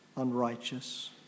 unrighteous